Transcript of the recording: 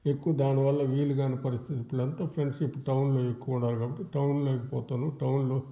ఎక్కువ దాని వల్ల వీలుగాని పరిస్థితులో అంతా ఫ్రెండ్షిప్ టౌన్లో ఎక్కువున్నారు కాబట్టి టౌన్లోకి పోతాను టౌన్లో